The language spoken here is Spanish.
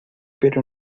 pero